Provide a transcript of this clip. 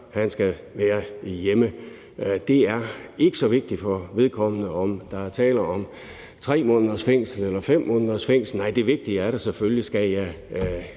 eller være hjemme. Det er ikke så vigtigt for vedkommende, om der er tale om 3 måneders fængsel eller 5 måneders fængsel – nej, det vigtige er da selvfølgelig,